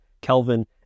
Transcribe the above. Kelvin